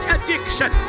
Addiction